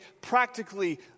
practically